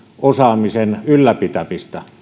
osaamisen ylläpitämistä